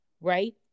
right